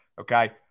Okay